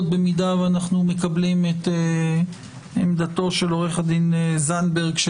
במידה שאנחנו מקבלים את עמדתו של עורך הדין זנדברג,